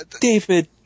David